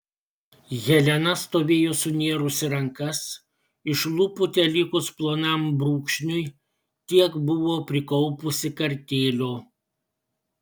helena stovėjo sunėrusi rankas iš lūpų telikus plonam brūkšniui tiek buvo prikaupusi kartėlio